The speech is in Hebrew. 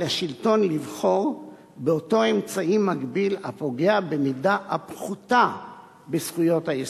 על השלטון לבחור באותו אמצעי מגביל הפוגע במידה הפחותה בזכויות היסוד.